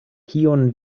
kion